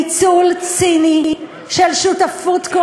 אתה מנצל ניצול ציני את השהות שלכם